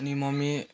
अनि मम्मी